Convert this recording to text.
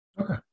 Okay